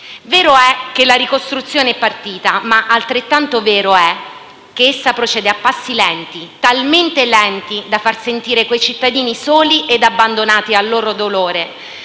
Vero è che la ricostruzione è partita, ma altrettanto vero è che essa procede a passi lenti, talmente lenti da far sentire quei cittadini soli ed abbandonati al loro dolore,